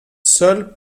seuls